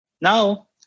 Now